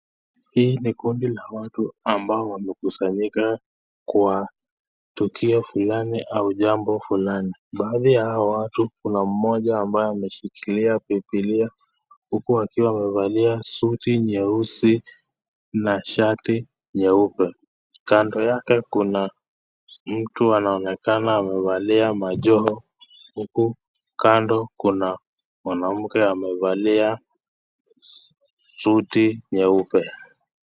Hii ni kundi la watu ambao wamekusanyika kwa tukio fulani au jambo fulani. Baadhi ya hao watu, Kuna mmoja ameshikilia bibilia, huku akiwa amevalia suti nyeusi na shati nyeupe. Kando yake Kuna mtu anaonekana amevalia majoho, huku kando Kuna mwanamke amevalia suti nyeupe.